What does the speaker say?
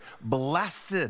Blessed